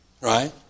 right